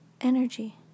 energy